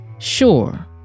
Sure